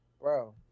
bro